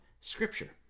Scripture